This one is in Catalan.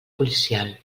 policial